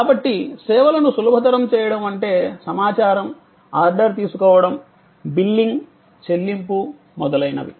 కాబట్టి సేవలను సులభతరం చేయడం అంటే సమాచారం ఆర్డర్ తీసుకోవడం బిల్లింగ్ చెల్లింపు మొదలైనవి